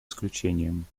исключением